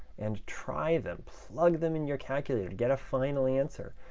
and try them, plug them in your calculator, and get a final answer.